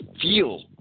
feel